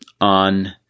on